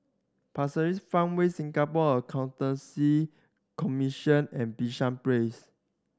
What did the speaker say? Pasir Ris Farmway Singapore Accountancy Commission and Bishan Place